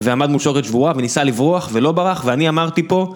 ועמד מול שוקת שבורה וניסה לברוח ולא ברח ואני אמרתי פה